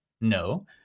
No